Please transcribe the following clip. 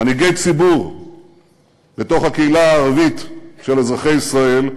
מנהיגי ציבור בתוך הקהילה הערבית של אזרחי ישראל,